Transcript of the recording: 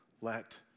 let